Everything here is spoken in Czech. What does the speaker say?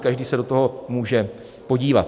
Každý se do toho může podívat.